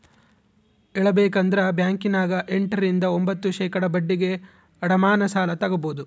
ಹೇಳಬೇಕಂದ್ರ ಬ್ಯಾಂಕಿನ್ಯಗ ಎಂಟ ರಿಂದ ಒಂಭತ್ತು ಶೇಖಡಾ ಬಡ್ಡಿಗೆ ಅಡಮಾನ ಸಾಲ ತಗಬೊದು